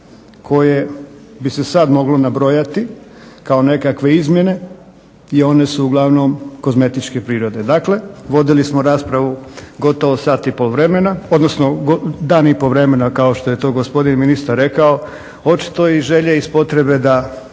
koje bi se sad moglo nabrojati kao nekakve izmjene i one su uglavnom kozmetičke prirode. Dakle, vodili smo raspravu gotovo sat i pol vremena, odnosno dan i pol vremena kao što je to gospodin ministar rekao očito iz želje i iz potrebe da